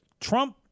Trump